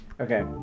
Okay